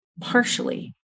partially